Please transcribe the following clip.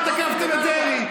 מה תקפתם את דרעי?